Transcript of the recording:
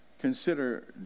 consider